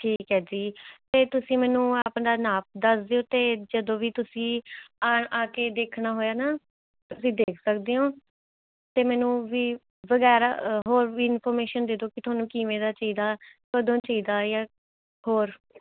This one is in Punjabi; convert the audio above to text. ਠੀਕ ਹੈ ਜੀ ਅਤੇ ਤੁਸੀਂ ਮੈਨੂੰ ਆਪਣਾ ਨਾਪ ਦੱਸ ਦਿਓ ਅਤੇ ਜਦੋਂ ਵੀ ਤੁਸੀਂ ਆਣ ਆ ਕੇ ਦੇਖਣਾ ਹੋਇਆ ਨਾ ਤੁਸੀਂ ਦੇਖ ਸਕਦੇ ਹੋ ਅਤੇ ਮੈਨੂੰ ਵੀ ਵਗੈਰਾ ਹੋਰ ਵੀ ਇਨਫੋਰਮੇਸ਼ਨ ਦੇ ਦੋ ਕਿ ਤੁਹਾਨੂੰ ਕਿਵੇਂ ਦਾ ਚਾਹੀਦਾ ਕਦੋਂ ਚਾਹੀਦਾ ਜਾਂ ਹੋਰ